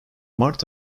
mart